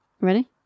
Ready